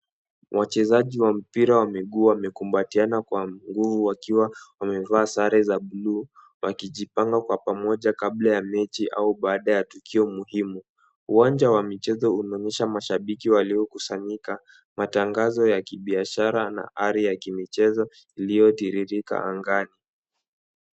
Wachezaji wa mpira wa miguu wamekumbatiana kwa nguvu wakiwa wamevaa sare za bluu wakijipanga kwa pamoja kabla ya mechi au baada ya tukio muhimu. Uwanja wa michezo unaonyesha mashabiki waliokusanyika, matangazo ya kibiashara na ari ya kimchezo iliyotiririka angani.